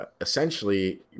essentially